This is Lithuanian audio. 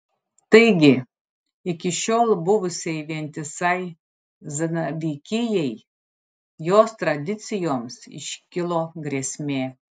taigi iki šiol buvusiai vientisai zanavykijai jos tradicijoms iškilo grėsmė